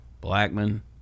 Blackman